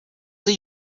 they